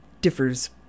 differs